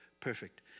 perfect